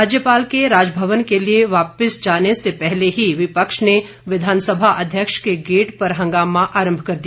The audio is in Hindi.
राज्यपाल के राजभवन के लिए वापिस जाने से पहले ही विपक्ष ने विधानसभा अध्यक्ष के गेट पर हंगामा आरंभ कर दिया